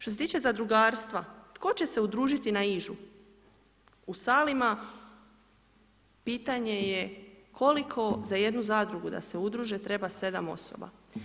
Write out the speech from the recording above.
Što se tiče zadrugarstva, tko će se udružiti na Ižu, u Salima, pitanje je koliko za jednu zadrugu da se udruže treba 7 osoba.